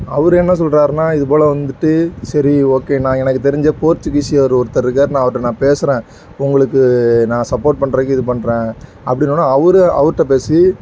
அவரு என்ன சொல்கிறாருன்னா இதுப்போல் வந்துவிட்டு சரி ஓகே நான் எனக்கு தெரிஞ்சு போர்ச்சிக்கீசியர் ஒருத்தர் இருக்கார் நான் அவர்ட்ட நான் பேசுகிறேன் உங்களுக்கு நான் சப்போர்ட் பண்ணுறக்கு இது பண்ணுறேன் அப்படின்னோன்ன அவரு அவர்ட பேசி